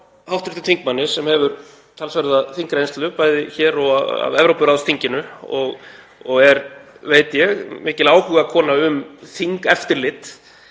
hv. þingmanni, sem hefur talsverða þingreynslu, bæði hér og af Evrópuráðsþinginu og er mikil áhugakona um þingeftirlit,